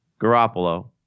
Garoppolo